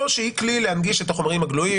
או שהיא כלי להנגיש את החומרים הגלויים